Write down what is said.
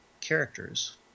characters